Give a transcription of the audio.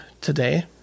today